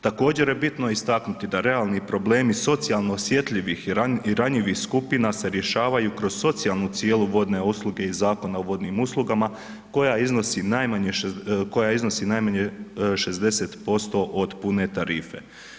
Također je bitno istaknuti da realni problemi socijalno osjetljivih i ranjivih skupina se rješavaju kroz socijalnu cijenu vodne usluge i Zakona o vodnim uslugama koja iznosi najmanje, koja iznosi najmanje 60% od pune tarife.